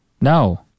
No